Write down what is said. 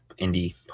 indie